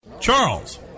Charles